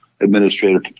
administrative